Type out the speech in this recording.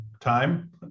time